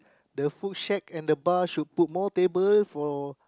the food shack and the bar should put more table for